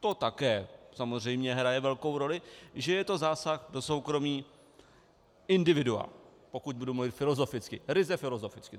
To také samozřejmě hraje velkou roli, že je to zásah do soukromí individua, pokud budu mluvit filozoficky, ryze filozoficky.